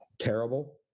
terrible